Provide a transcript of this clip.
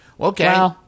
Okay